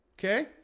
Okay